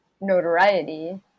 notoriety